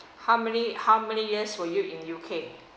how many how many years were you in U_K